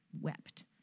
wept